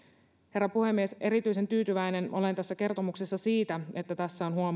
herra puhemies erityisen tyytyväinen olen tässä kertomuksessa siitä että tässä on